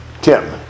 Tim